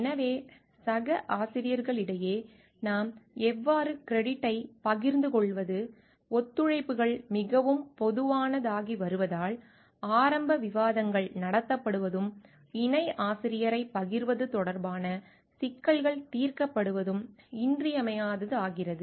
எனவே சக ஆசிரியர்களிடையே நாம் எவ்வாறு கிரெடிட்டைப் பகிர்ந்து கொள்வது ஒத்துழைப்புகள் மிகவும் பொதுவானதாகி வருவதால் ஆரம்ப விவாதங்கள் நடத்தப்படுவதும் இணை ஆசிரியரைப் பகிர்வது தொடர்பான சிக்கல்கள் தீர்க்கப்படுவதும் இன்றியமையாததாகிறது